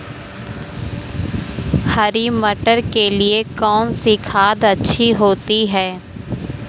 हरी मटर के लिए कौन सी खाद अच्छी होती है?